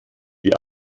die